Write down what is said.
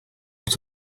lot